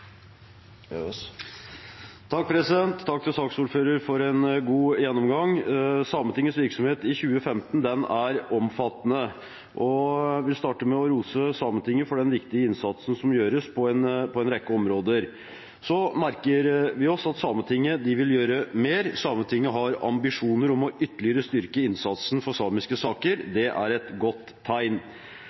omfattende, og jeg vil starte med å rose Sametinget for den viktige innsatsen som gjøres på en rekke områder. Så merker vi oss at Sametinget vil gjøre mer. Sametinget har ambisjoner om ytterligere å styrke innsatsen for samiske saker. Det er et godt tegn.